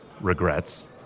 regrets